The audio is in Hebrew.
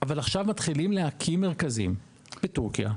אבל עכשיו מתחילים להקים מרכזים בטורקיה,